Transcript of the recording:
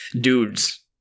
dudes